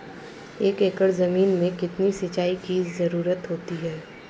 एक एकड़ ज़मीन में कितनी सिंचाई की ज़रुरत होती है?